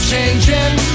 Changing